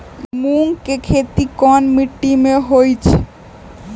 मूँग के खेती कौन मीटी मे होईछ?